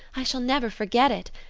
i shall never forget it.